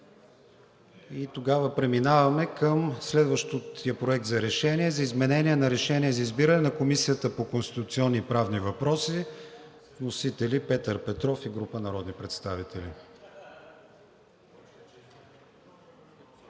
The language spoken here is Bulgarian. Тогава преминаваме към следващия Проект на решение за изменение на решение за избиране на Комисията по конституционни и правни въпроси. Вносители са Петър Петров и група народни представители.